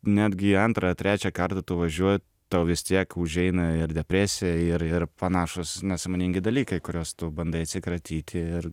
netgi antrą trečią kartą tu važiuo tau vis tiek užeina ir depresija ir ir panašūs nesąmoningi dalykai kuriuos tu bandai atsikratyti ir